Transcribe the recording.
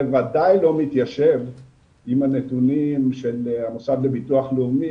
זה ודאי לא מתיישב עם הנתונים של המוסד לביטוח לאומי,